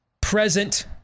present